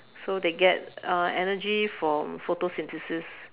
so they get uh energy from photosynthesis